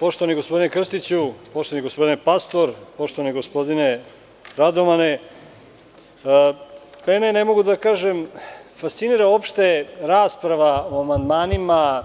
Poštovani gospodine Krstiću, poštovani gospodine Pastor, poštovani gospodine Radomane, mene fascinira uopšte rasprava o amandmanima